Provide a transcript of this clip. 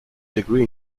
degree